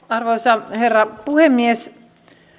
arvoisa herra puhemies